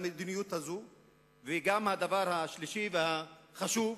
גם הדבר השלישי והחשוב,